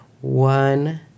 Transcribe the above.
one